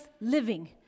living